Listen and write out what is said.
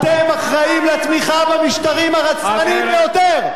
אתם אחראים לתמיכה במשטרים הרצחניים ביותר.